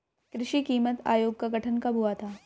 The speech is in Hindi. कृषि कीमत आयोग का गठन कब हुआ था?